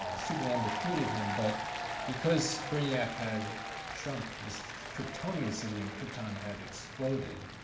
superman defeated him, but because brainiac had shrunk this kryptonian city and krypton had exploded,